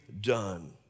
done